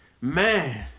man